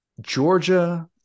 Georgia